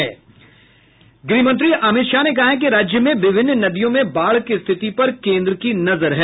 गृह मंत्री अमित शाह ने कहा है कि राज्य में विभिन्न नदियों में बाढ़ की स्थिति पर केन्द्र की नजर है